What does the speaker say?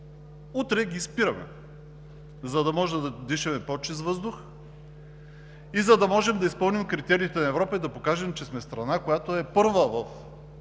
Утре ги спираме! За да може да дишаме по-чист въздух и за да можем да изпълним критериите на Европа и да покажем, че сме страна, която е първа в